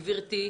גברתי,